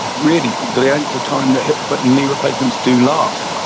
really the length of time that hip but and knee replacements do last.